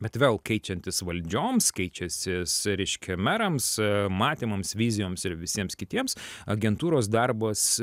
bet vėl keičiantis valdžioms keičiasi reiškia merams matymams vizijoms ir visiems kitiems agentūros darbas